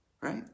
right